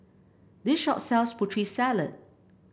this shop sells Putri Salad